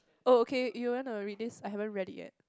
oh okay you want to read this I haven't read it yet